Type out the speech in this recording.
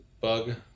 bug